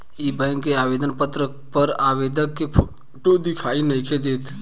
इ बैक के आवेदन पत्र पर आवेदक के फोटो दिखाई नइखे देत